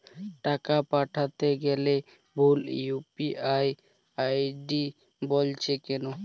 টাকা পাঠাতে গেলে ভুল ইউ.পি.আই আই.ডি বলছে কেনো?